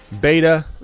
Beta